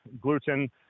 gluten